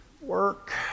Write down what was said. Work